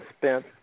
spent